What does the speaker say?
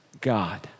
God